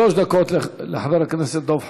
שלוש דקות לחבר הכנסת דב חנין.